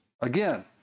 Again